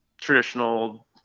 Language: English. traditional